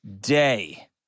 day